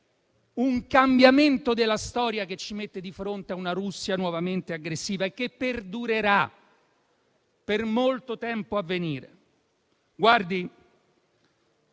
un cambiamento della storia che ci mette di fronte a una Russia nuovamente aggressiva e che perdurerà per molto tempo a venire.